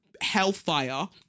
hellfire